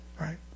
right